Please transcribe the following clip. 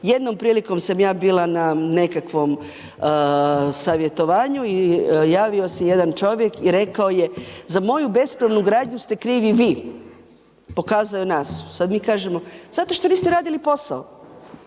Jednom prilikom sam ja bila na nekakvom savjetovanju i javio se jedan čovjek i rekao je za moju bespravnu gradnju ste krivi vi, pokazao je nas, sad mi kažemo, zato što niste radili posao